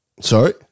Sorry